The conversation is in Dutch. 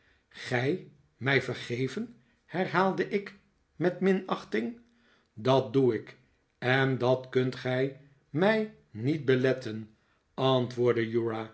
gij mij vergeven herhaalde ik met minachting v dat doe ik en dat kunt ge mij niet beletten antwoordde